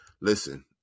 Listen